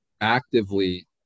actively